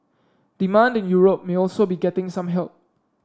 demand in Europe may also be getting some help